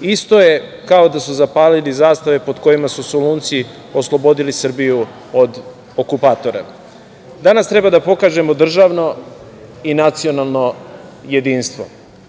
isto je kao da su zapalili zastave pod kojima su Solunci oslobodili Srbiju od okupatora. Danas treba da pokažemo državno i nacionalno jedinstvo.